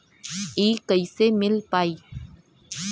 इ कईसे मिल पाई?